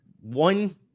one